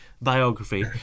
biography